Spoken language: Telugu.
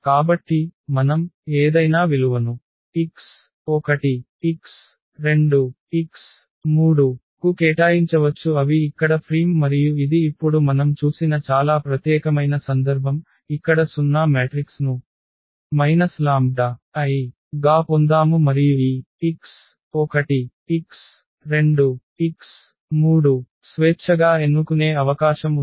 కాబట్టి మనం ఏదైనా విలువను x1 x2 x3 కు కేటాయించవచ్చు అవి ఇక్కడ ఫ్రీం మరియు ఇది ఇప్పుడు మనం చూసిన చాలా ప్రత్యేకమైన సందర్భం ఇక్కడ 0 మ్యాట్రిక్స్ ను మైనస్ λ I గా పొందాము మరియు ఈ x1 x2 x3 స్వేచ్ఛగా ఎన్నుకునే అవకాశం ఉంది